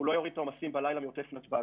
הוא לא יוריד את העומסים בלילה בעוטף נתב"ג,